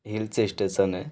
hills station है